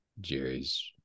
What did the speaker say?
Jerry's